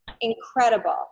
Incredible